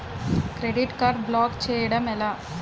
Credit card block చేయడం ఎలా?